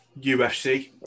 UFC